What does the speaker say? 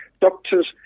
Doctors